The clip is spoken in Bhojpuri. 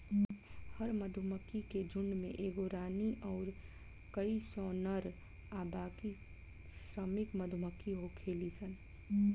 हर मधुमक्खी के झुण्ड में एगो रानी अउर कई सौ नर आ बाकी श्रमिक मधुमक्खी होखेली सन